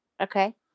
Okay